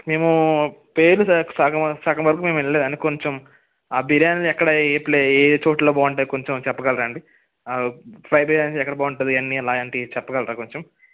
మేము పేర్లు సగం సగం వరకు మేము వినలేదు అండి కొంచెం ఆ బిర్యానీలు ఎక్కడ ఏ ప్లే ఏ చోటులో బాగుంటాయి కొంచెం చెప్పగలరా అండి ఆ ఫ్రై బిర్యానీ ఎక్కడ బాగుంటుంది ఇవి అన్నీ ఇలాంటివి చెప్పగలరా కొంచెం